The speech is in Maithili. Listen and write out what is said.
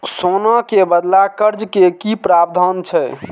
सोना के बदला कर्ज के कि प्रावधान छै?